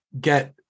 get